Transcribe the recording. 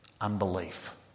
unbelief